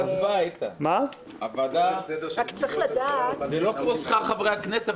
זה לא כמו שכר חברי הכנסת,